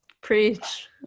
Preach